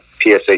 PSA